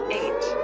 eight